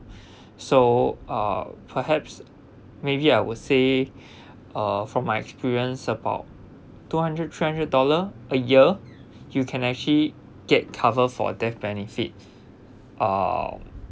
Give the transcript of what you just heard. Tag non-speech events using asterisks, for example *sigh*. so uh perhaps maybe I would say *breath* uh from my experience about two hundred three hundred dollar a year you can actually get cover for death benefit uh